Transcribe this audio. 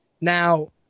Now